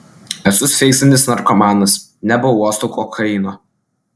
esu sveikstantis narkomanas nebeuostau kokaino